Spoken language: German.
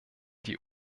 die